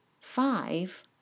five